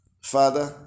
Father